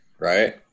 right